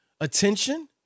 attention